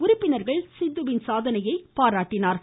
உறுப்பினர்கள் சிந்துவின் சாதனையை பாராட்டினர்